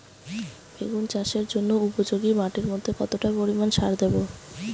বেগুন চাষের জন্য উপযোগী মাটির মধ্যে কতটা পরিমান সার দেব?